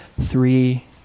Three